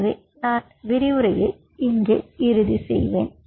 எனவே நான் விரிவுரையை இங்கே இறுதி செய்வேன்